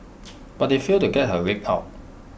but they failed to get her leg out